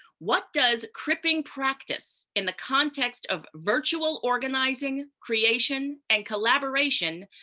what does crimping practice, in the context of virtual organizing, creation, and collaboration,